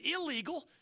illegal